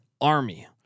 Army